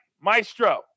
Maestro